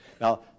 Now